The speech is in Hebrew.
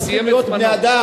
הוא סיים את זמנו.